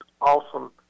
awesome